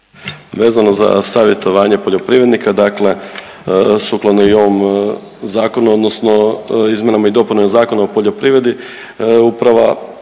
Vezano za savjetovanje poljoprivrednika, dakle sukladno i ovom zakonu, odnosno izmjenama i dopunama Zakona o poljoprivredi Uprava